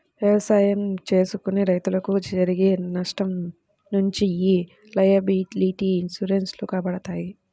ఎవసాయం చేసుకునే రైతులకు జరిగే నష్టం నుంచి యీ లయబిలిటీ ఇన్సూరెన్స్ లు కాపాడతాయి